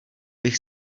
bych